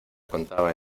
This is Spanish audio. contaba